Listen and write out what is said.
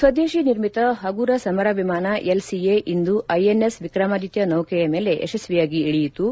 ಸ್ತದೇಶಿ ನಿರ್ಮಿತ ಹಗುರ ಸಮರ ವಿಮಾನ ಎಲ್ಸಿಎ ಇಂದು ಐಎನ್ಎಸ್ ವಿಕ್ರಮಾದಿತ್ತ ನೌಕೆಯ ಮೇಲೆ ಯಶಸ್ತಿಯಾಗಿ ಇಳಿಯಿತು